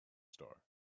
star